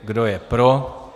Kdo je pro?